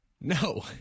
No